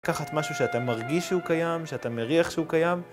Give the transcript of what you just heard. לקחת משהו שאתה מרגיש שהוא קיים, שאתה מריח שהוא קיים.